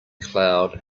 cloud